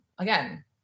Again